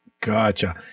Gotcha